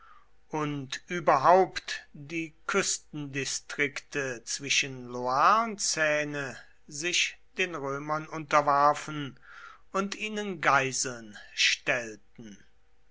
und überhaupt die küstendistrikte zwischen loire und seine sich den römern unterwarfen und ihnen geiseln stellten